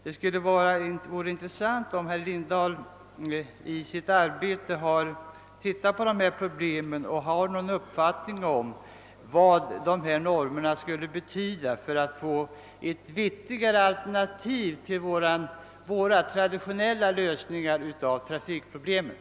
Det skulle vara intressant om herr Lindahl ville granska dessa saker och ange någon uppfattning om huruvida dessa normer skulle kunna vara ett vettigare alternativ till våra traditionella lösningar av trafikproblemen.